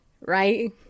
Right